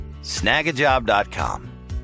Snagajob.com